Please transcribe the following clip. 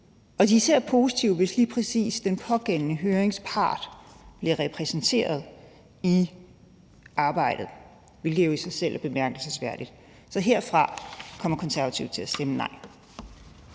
og de er især positive, hvis lige præcis den pågældende høringspart bliver repræsenteret i arbejdet, hvilket jo i sig selv er bemærkelsesværdigt. Så herfra vil jeg sige, at Konservative kommer til at stemme nej.